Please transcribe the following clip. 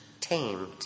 tamed